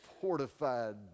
fortified